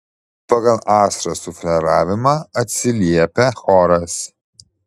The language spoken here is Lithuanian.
pagal astros sufleravimą atsiliepia choras